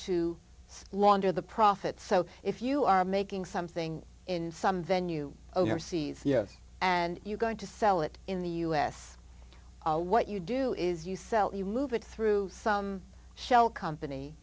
to launder the profit so if you are making something in some venue overseas yes and you're going to sell it in the u s what you do is you sell it you move it through some shell company